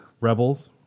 Rebels